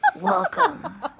Welcome